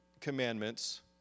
Commandments